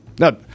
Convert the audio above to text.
Now